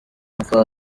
clinton